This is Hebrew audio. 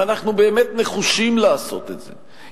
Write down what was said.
אם אנחנו באמת נחושים לעשות את זה,